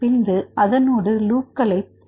பின்பு அதனோடு லூப்க்களை தேடவும்